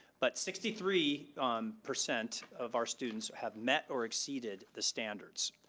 but sixty three percent of our students have met or exceeded the standards.